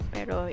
Pero